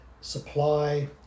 Supply